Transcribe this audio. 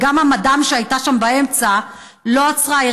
וגם המדאם שהייתה שם באמצע לא עצרה,